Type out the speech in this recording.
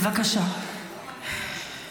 תעודת עניות לכולנו.